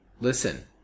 Listen